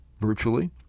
virtually